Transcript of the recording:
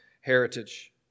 heritage